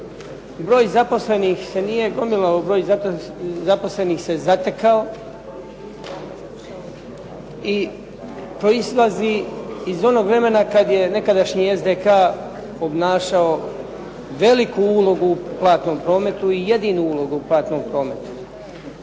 Broj zaposlenih se nije gomilao, broj zaposlenih se zatekao i proizlazi iz onog vremena kad je nekadašnji SDK-a obnašao veliku ulogu u platnom prometu i jedinu ulogu u platnom prometu.